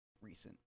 recent